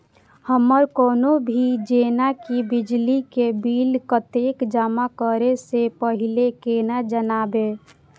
हमर कोनो भी जेना की बिजली के बिल कतैक जमा करे से पहीले केना जानबै?